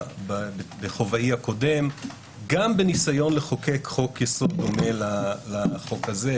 בכובעי הקודם גם בניסיון לחוקק חוק יסוד דומה לחוק הזה,